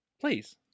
please